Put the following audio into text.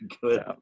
Good